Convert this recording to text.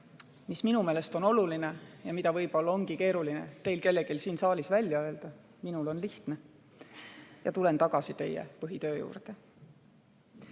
mis minu meelest on oluline ja mida võib-olla ongi keeruline teil kellelgi siin saalis välja öelda – minul on lihtne –, ja tulen tagasi teie põhitöö juurde.